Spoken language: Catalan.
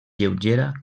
lleugera